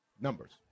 Numbers